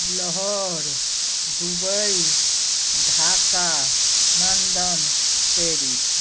Lahore Dubai Dhaka London Paris